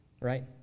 right